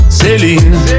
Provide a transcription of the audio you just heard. Céline